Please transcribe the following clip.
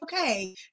okay